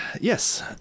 yes